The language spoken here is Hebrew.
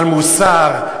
על מוסר,